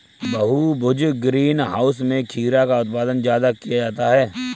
बहुभुज green house में खीरा का उत्पादन ज्यादा किया जाता है